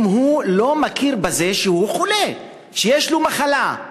אם הוא לא מכיר בזה שהוא חולה, שיש לו מחלה.